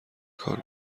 کار